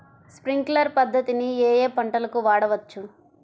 Sprinkler పద్ధతిని ఏ ఏ పంటలకు వాడవచ్చు?